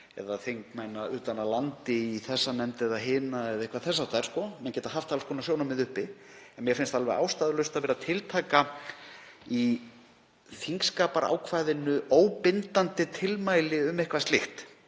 eða um þingmann utan af landi í þessa nefnd eða hina eða eitthvað þess háttar, menn geta haft alls konar sjónarmið uppi. En mér finnst alveg ástæðulaust að vera að tiltaka í þingskapaákvæðinu óbindandi tilmæli um eitthvað slíkt.